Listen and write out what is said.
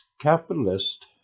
capitalist